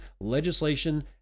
legislation